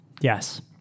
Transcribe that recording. Yes